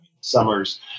summers